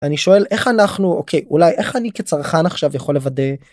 אני שואל איך אנחנו אוקיי אולי איך אני כצרכן עכשיו יכול לוודא.